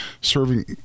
serving